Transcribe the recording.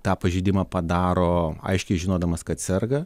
tą pažeidimą padaro aiškiai žinodamas kad serga